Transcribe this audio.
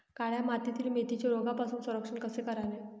काळ्या मातीतील मेथीचे रोगापासून संरक्षण कसे करावे?